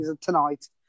tonight